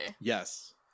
Yes